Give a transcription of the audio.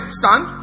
stand